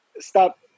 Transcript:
stop